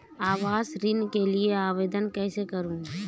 आवास ऋण के लिए आवेदन कैसे करुँ?